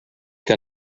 que